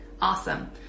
Awesome